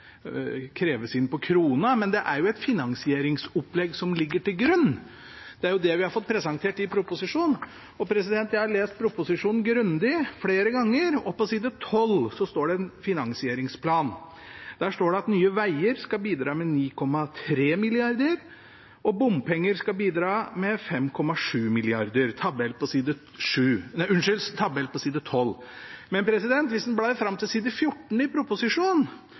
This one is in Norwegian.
kreves inn, men det er jo et finansieringsopplegg som ligger til grunn, og det er det vi har fått presentert i proposisjonen. Jeg har lest proposisjonen grundig, flere ganger, og på side 12 er det en finansieringsplan. Der står det at Nye Veier skal bidra med 9,3 mrd. kr, og at bompenger skal bidra med 5,7 mrd. kr, jf. tabell på side 12. Blar man fram til side 14 i proposisjonen,